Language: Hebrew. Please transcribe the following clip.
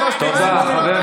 מה עם זכויות האדם?